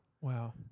Wow